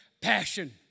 passion